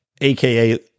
aka